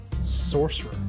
sorcerer